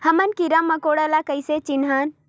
हमन कीरा मकोरा ला कइसे चिन्हन?